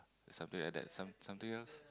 something like that some something else